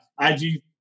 IG